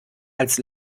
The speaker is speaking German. als